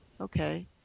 okay